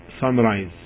sunrise